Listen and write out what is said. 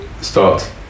start